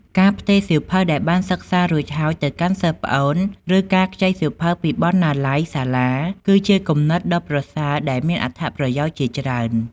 ការផ្ទេរសៀវភៅដែលបានសិក្សារួចហើយទៅកាន់សិស្សប្អូន ឬការខ្ចីសៀវភៅពីបណ្ណាល័យសាលា គឺជាគំនិតដ៏ប្រសើរដែលមានអត្ថប្រយោជន៍ជាច្រើន។